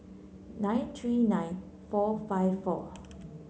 nine three nine four five four